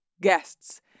guests